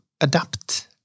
adapt